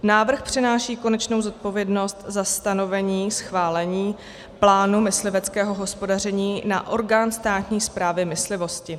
Návrh přenáší konečnou zodpovědnost za stanovení, schválení plánu mysliveckého hospodaření na orgán státní správy myslivosti.